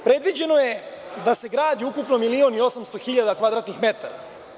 Predviđeno je da se gradi ukupno 1.800.000 kvadratnih metara.